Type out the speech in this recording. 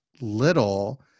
little